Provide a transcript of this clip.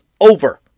over